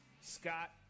Scott